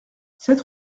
sept